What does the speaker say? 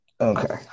okay